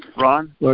Ron